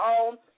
own